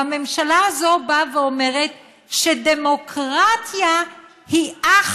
הממשלה הזאת באה ואומרת שדמוקרטיה היא אך